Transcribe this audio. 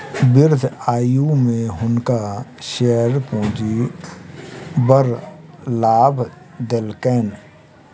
वृद्ध आयु में हुनका शेयर पूंजी बड़ लाभ देलकैन